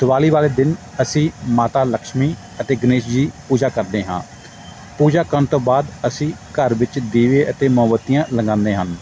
ਦਿਵਾਲੀ ਵਾਲੇ ਦਿਨ ਅਸੀਂ ਮਾਤਾ ਲਕਸ਼ਮੀ ਅਤੇ ਗਣੇਸ਼ ਜੀ ਪੂਜਾ ਕਰਦੇ ਹਾਂ ਪੂਜਾ ਕਰਨ ਤੋਂ ਬਾਅਦ ਅਸੀਂ ਘਰ ਵਿੱਚ ਦੀਵੇ ਅਤੇ ਮੋਮਬੱਤੀਆਂ ਲਗਾਉਂਦੇ ਹਨ